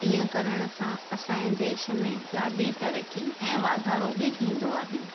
ईअं करण सां असांजे देश में ॾाढी तरकी ऐं वाधारो बि थींदो आहे